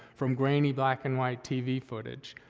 from grainy black and white tv footage.